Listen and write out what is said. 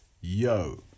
Yo